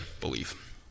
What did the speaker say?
believe